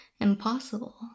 Impossible